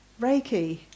Reiki